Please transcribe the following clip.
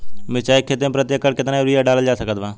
मिरचाई के खेती मे प्रति एकड़ केतना यूरिया डालल जा सकत बा?